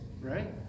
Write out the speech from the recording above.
right